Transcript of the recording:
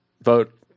vote